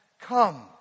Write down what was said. Come